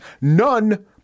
none